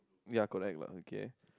ya correct lah okay